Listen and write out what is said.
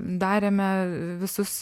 darėme visus